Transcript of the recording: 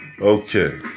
Okay